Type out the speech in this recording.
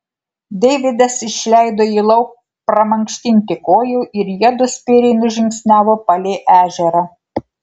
deividas išleido jį lauk pramankštinti kojų ir jiedu spėriai nužingsniavo palei ežerą